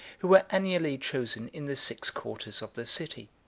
who were annually chosen in the six quarters of the city.